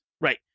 right